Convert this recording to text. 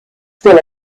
still